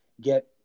get